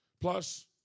Plus